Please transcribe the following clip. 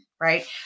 right